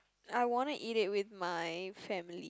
I wanna eat it with my family